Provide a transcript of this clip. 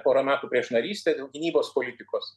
porą metų prieš narystę dėl gynybos politikos